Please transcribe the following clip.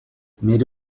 nire